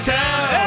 town